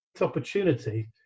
opportunity